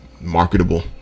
marketable